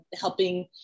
helping